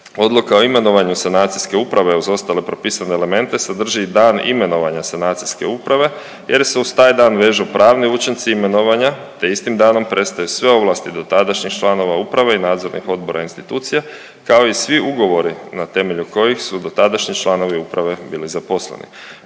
odluka o imenovanju sanacijske uprave uz ostale propisane elemente sadrži i dan imenovanja sanacijske uprave jer se uz taj dan vežu pravni učinci imenovanja te istim danom prestaju sve ovlasti dotadašnjih članova uprave i nadzornih odbora institucija kao i svi ugovori na temelju kojih su dotadašnji članovi uprave bili zaposleni.